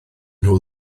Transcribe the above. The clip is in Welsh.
nhw